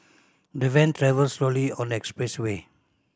the van travelled slowly on the expressway